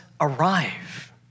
arrive